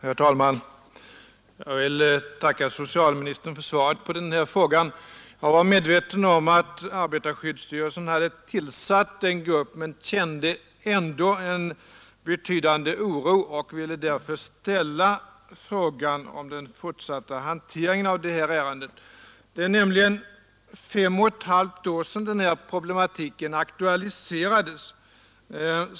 Herr talman! Jag vill tacka socialministern för svaret på min fråga. Jag var medveten om att arbetarskyddsstyrelsen hade tillsatt en grupp, men jag kände ändå en betydande oro och ville därför ställa frågan om den fortsatta handläggningen av ärendet. Det är fem och ett halvt år sedan denna problematik aktualiserades.